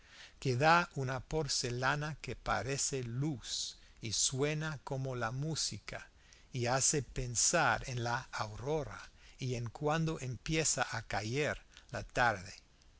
que da una porcelana que parece luz y suena como la música y hace pensar en la aurora y en cuando empieza a caer la tarde